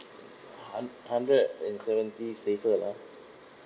hund~ hundred and seventy seven ah